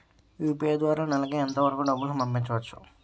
UPI ద్వారా నెలకు ఎంత వరకూ డబ్బులు పంపించవచ్చు?